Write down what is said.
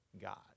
God